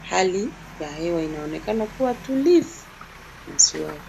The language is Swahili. Hali ya hewa inaonekana kuwa tulivu na shwari.